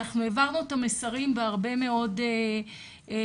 אנחנו העברנו את המסרים בהרבה מאוד פלטפורמות,